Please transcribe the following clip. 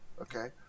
okay